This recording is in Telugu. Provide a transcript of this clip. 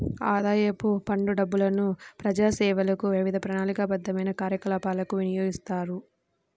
ఆదాయపు పన్ను డబ్బులను ప్రజాసేవలకు, వివిధ ప్రణాళికాబద్ధమైన కార్యకలాపాలకు వినియోగిస్తారు